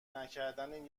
نکردن